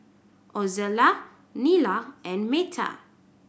Ozella Nila and Meta